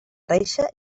reixa